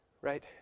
right